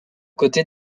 côtés